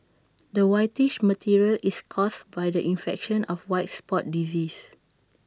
the whitish material is caused by the infection of white spot disease